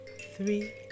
three